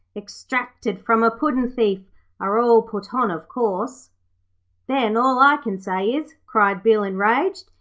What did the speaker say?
extracted from a puddin'-thief are all put on, of course then, all i can say is cried bill, enraged,